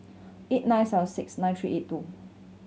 eight nine seven six nine three eight two